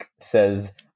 says